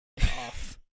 off